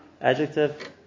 adjective